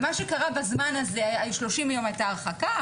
מה שקרה בזמן הזה 30 יום הייתה הרחקה,